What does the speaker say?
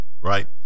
right